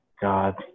God